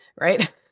right